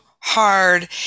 hard